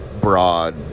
broad